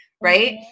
right